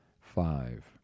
five